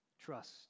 Trust